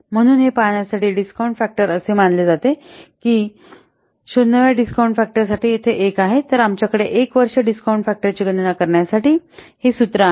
म्हणून हे पहाण्यासाठी डिस्काउंट फॅक्टर असे मानले जाते की 0 व्या डिस्काउंट फॅक्टरसाठी येथे 1 आहे तर आमच्याकडे 1 वर्ष डिस्काउंट फॅक्टरची गणना करण्यासाठी हे सूत्र आहे